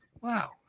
wow